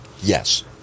Yes